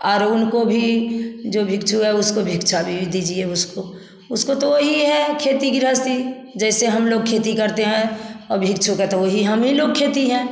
are उनको भी जो भिक्षु है उसको भिक्षा भी दीजिए उसको उसको तो वही है खेती गृहस्थी जैसे हम लोग खेती करते हैं अब भिक्षु का तो वही हम ही लोग खेती है